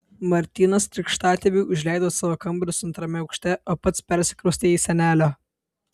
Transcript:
martynas krikštatėviui užleido savo kambarius antrame aukšte o pats persikraustė į senelio